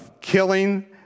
killing